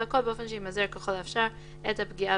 והכל באופן שימזער ככל האפשר את הפגיעה